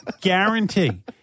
guarantee